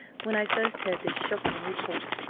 when i first heard this shocking report,